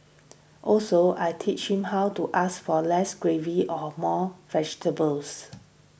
also I teach him how to ask for less gravy or more vegetables